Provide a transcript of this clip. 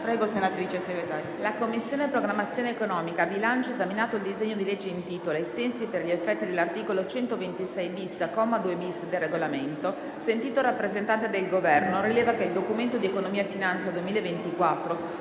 La Commissione programmazione economica, bilancio, esaminato il disegno di legge in titolo, ai sensi e per gli effetti dell'articolo 126-*bis*, comma 2-*bis* del Regolamento, sentito il rappresentante del Governo, rileva che il Documento di economia e finanza 2024,